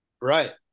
Right